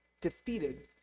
defeated